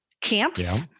camps